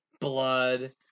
blood